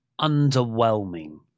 underwhelming